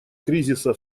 кризиса